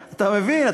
מבין?